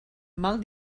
mal